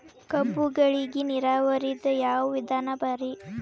ಕಬ್ಬುಗಳಿಗಿ ನೀರಾವರಿದ ಯಾವ ವಿಧಾನ ಭಾರಿ?